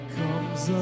comes